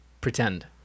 pretend